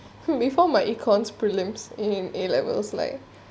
before my econs prelims in A levels like